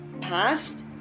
past